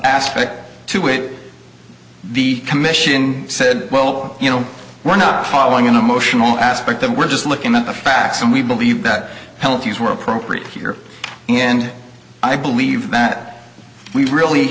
aspect to it the commission said well you know we're not following an emotional aspect that we're just looking at the facts and we believe that healthy is were appropriate here in i believe that we really